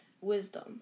Wisdom